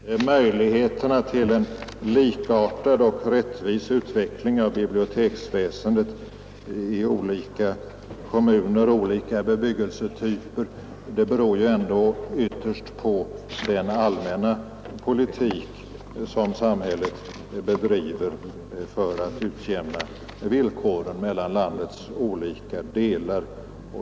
Herr talman! Möjligheterna till en likartad och rättvis utveckling av biblioteksväsendet i olika kommuner, olika bebyggelsetyper, beror ändå ytterst på den allmänna politik som samhället bedriver för att utjämna villkoren mellan landets olika delar.